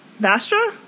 Vastra